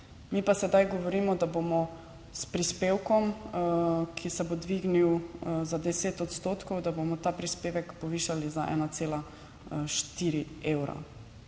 mi pa sedaj govorimo, da bomo s prispevkom, ki se bo dvignil za 10 odstotkov, da bomo ta prispevek povišali za 1,4 evra.